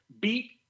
beat